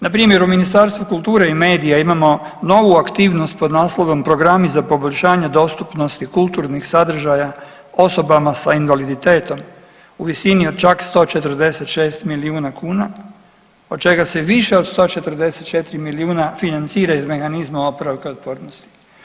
Na primjer u Ministarstvu kulture i medija imamo novu aktivnost pod naslovom Programi za poboljšanje dostupnosti kulturnih sadržaja osobama sa invaliditetom u visini od čak 146 milijuna kuna od čega se više od 144 milijuna financira iz mehanizma oporavka i otpornosti.